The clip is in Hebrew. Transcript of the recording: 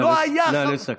לא היה חבר כנסת, נא לסכם.